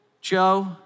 Joe